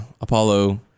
Apollo